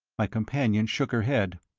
my companion shook her head.